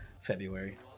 february